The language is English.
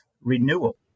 renewal